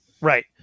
Right